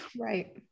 right